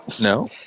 No